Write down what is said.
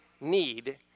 need